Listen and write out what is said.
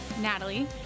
Natalie